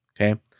okay